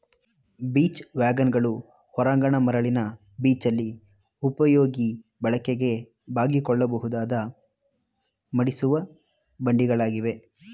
beach ವ್ಯಾಗನ್ಗಳು ಹೊರಾಂಗಣ ಮರಳಿನ ಬೀಚಲ್ಲಿ ಬಹುಪಯೋಗಿ ಬಳಕೆಗಾಗಿ ಬಾಗಿಕೊಳ್ಳಬಹುದಾದ ಮಡಿಸುವ ಬಂಡಿಗಳಾಗಿವೆ